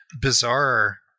bizarre